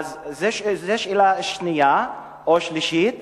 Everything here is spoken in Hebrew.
זו שאלה שנייה או שלישית.